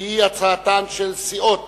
שהיא הצעתן של סיעות